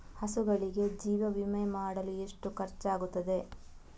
ಹಸುಗಳಿಗೆ ಜೀವ ವಿಮೆ ಮಾಡಲು ಎಷ್ಟು ಖರ್ಚಾಗುತ್ತದೆ?